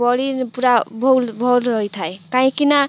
ବଡ଼ି ପୁରା ବହୁତ୍ ଭଲ୍ ରହିଥାଏ କାହିଁକିନା